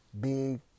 big